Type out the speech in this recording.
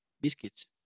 Biscuits